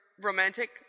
romantic